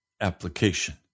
application